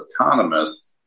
autonomous